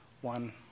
one